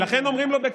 הבוס, הבוס.